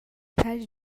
پری